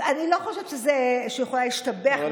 אני לא חושבת שהיא יכולה להשתבח בזה שהיא הסכימה.